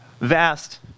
vast